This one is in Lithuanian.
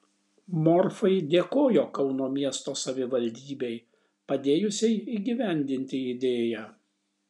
morfai dėkojo kauno miesto savivaldybei padėjusiai įgyvendinti idėją